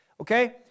Okay